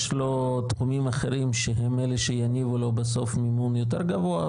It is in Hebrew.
יש לו תחומים אחרים שהם אלה שיגידו לי בסוף מי יותר גבוה,